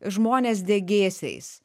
žmones degėsiais